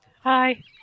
Hi